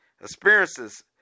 experiences